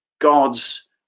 God's